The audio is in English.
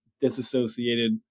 disassociated